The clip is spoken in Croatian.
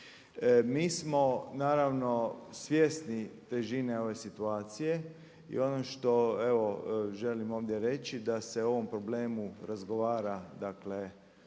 Mi smo naravno svjesni težine ove situacije i ono što evo želim ovdje reći da se o ovom problemu razgovara, dakle